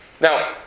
Now